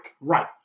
Right